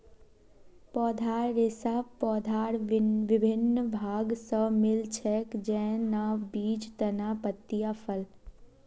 पौधार रेशा पौधार विभिन्न भाग स मिल छेक, जैन न बीज, तना, पत्तियाँ, फल